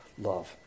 love